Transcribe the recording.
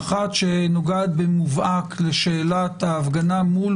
אחת שנוגעת במובהק לשאלת ההפגנה מול